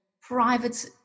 private